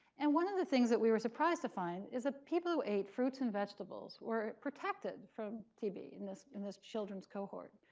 and one of the things that we were surprised to find is that ah people who ate fruits and vegetables were protected from tb in this in this children's cohort.